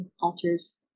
altars